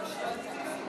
קצת מפריע.